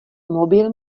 mobil